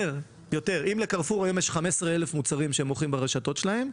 אם לקרפור היום יש 15,000 מוצרים שהם מוכרים ברשתות שלהם,